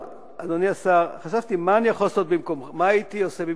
אדוני השר, חשבתי מה הייתי עושה במקומך,